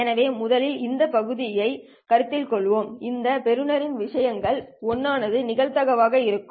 எனவே முதலில் இந்த பகுதியை கருத்தில் கொள்வோம் இந்த பெறுநரின் விஷயங்கள் 1 ஆனது நிகழ்தகவு ஆக இருக்கும்